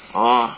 orh